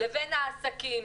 לבין העסקים.